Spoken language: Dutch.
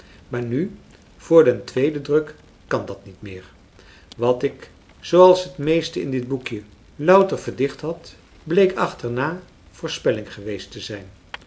maar nu voor den tweeden druk kan dat niet meer wat ik zooals het meeste in dit boekje louter verdicht had bleek achterna voorspelling geweest te zijn